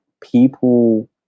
people